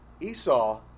Esau